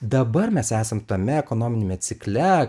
dabar mes esam tame ekonominiame cikle